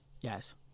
Yes